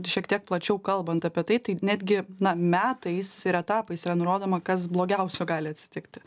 šiek tiek plačiau kalbant apie tai tai netgi na metais ir etapais yra nurodoma kas blogiausio gali atsitikti